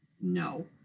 no